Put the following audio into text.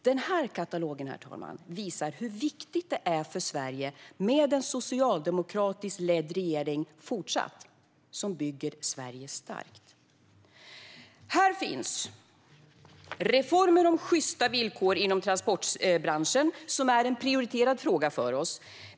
Den här katalogen, herr talman, visar hur viktigt det är för Sverige att en socialdemokratiskt ledd regering fortsätter att bygga Sverige starkt. Här finns reformer om sjysta villkor inom transportbranschen, som är en prioriterad fråga för oss.